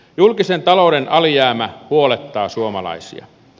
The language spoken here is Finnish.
julkisen talouden alijäämä huolettaa suomalaisia